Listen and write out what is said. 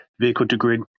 vehicle-to-grid